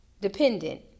Dependent